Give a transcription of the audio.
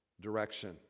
direction